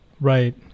right